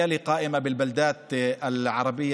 (אומר דברים בשפה הערבית,